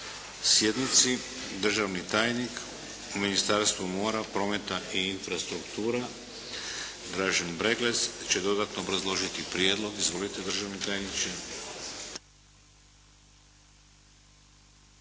sjednici. Državni tajnik u Ministarstvu mora, prometa i infrastruktura Dražen Breglec će dodatno obrazložiti prijedlog. Izvolite državni tajniče.